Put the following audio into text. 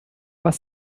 was